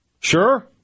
Sure